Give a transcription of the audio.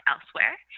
elsewhere